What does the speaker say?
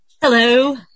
Hello